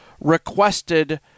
requested